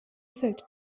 said